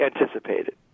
anticipated